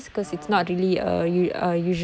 oh oh